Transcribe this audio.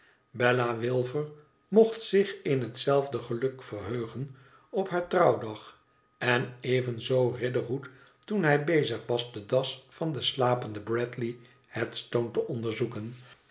bella wilfer mocht zich in hetzelfde geluk verheugen op haar trouwdag én evenzoo riderhood toen hij bezig was de das van den slapenden bradley headstone te onderzoeken